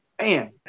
man